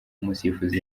umusifuzi